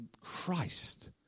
Christ